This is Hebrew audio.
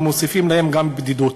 אלא מוסיפים להם גם בדידות.